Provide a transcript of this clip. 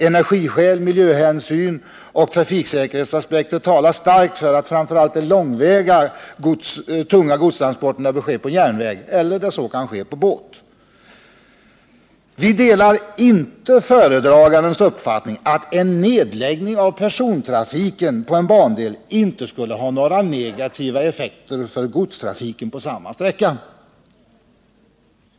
Energiskäl, miljöhänsyn och trafiksäkerhetsaspekter talar starkt för att framför allt de långväga tunga godstransporterna bör ske på järnväg eller — där så kan ske — med båt. Vi delar inte föredragandens uppfattning att en nedläggning av persontrafiken på en bandel inte skulle ha några negativa effekter för godstrafiken på samma sträcka.